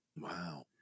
Wow